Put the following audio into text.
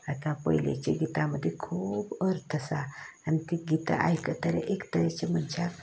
आतां पयलींच्या गितां मदीं खूब अर्थ आसा आनी ती गितां आयकतरे एक तरेचें मनशाक